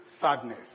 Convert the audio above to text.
sadness